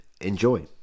enjoy